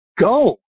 go